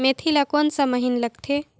मेंथी ला कोन सा महीन लगथे?